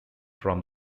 from